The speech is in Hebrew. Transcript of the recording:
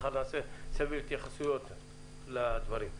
נעשה סבב התייחסויות לדברים.